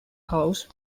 house